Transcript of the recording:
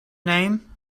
name